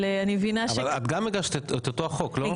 אבל את גם הגשת את אותו החוק, לא?